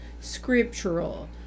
scriptural